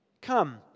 come